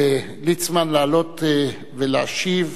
יעקב ליצמן, לעלות ולהשיב